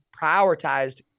prioritized